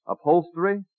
upholstery